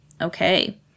okay